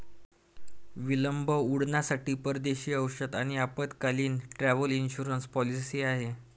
विलंब उड्डाणांसाठी परदेशी औषध आपत्कालीन, ट्रॅव्हल इन्शुरन्स पॉलिसी आहे